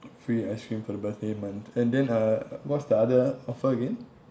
free ice cream for the birthday month and then uh what's the other offer again